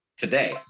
today